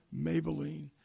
Maybelline